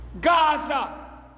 Gaza